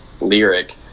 lyric